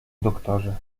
doktorze